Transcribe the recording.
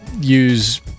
use